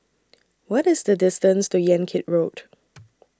What IS The distance to Yan Kit Road